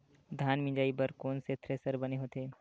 धान मिंजई बर कोन से थ्रेसर बने होथे?